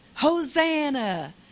Hosanna